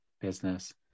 business